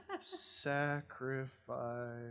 Sacrifice